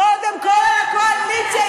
קודם כול על הקואליציה,